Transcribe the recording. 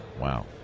Wow